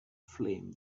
flame